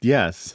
Yes